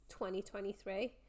2023